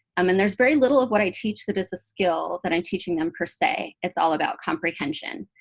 i mean, there's very little of what i teach that is a skill that i'm teaching them per se. it's all about comprehension.